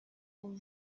aux